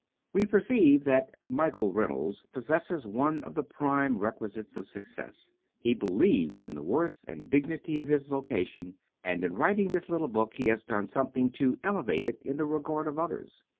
we perceive that michael reynolds possesses one of the prime requisites of success he believes in the worth and dignity of his vocation and in writing this little book he has done something to elevate it in the regard of others.